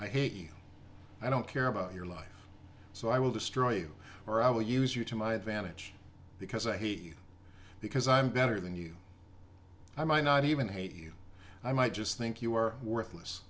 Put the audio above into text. i hate me i don't care about your life so i will destroy you or i will use you to my advantage because i hate you because i'm better than you i might not even hate you i might just think you are worthless